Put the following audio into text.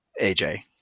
AJ